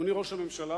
אדוני ראש הממשלה,